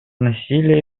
насилия